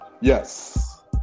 yes